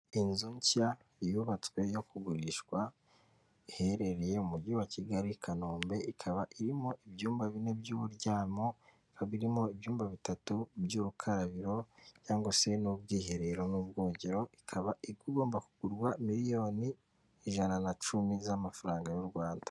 Inzu nshya yubatswe yo kugurishwa iherereye mu mujyi wa Kigali i kanombe ikaba irimo ibyumba bine by'uburyamo, ikaba irimo ibyumba bitatu by'urukarabiro cyangwa se n'ubwiherero n'ubwogero, ikaba igomba kugurwa miliyoni ijana na cumi z'amafaranga y'u Rwanda.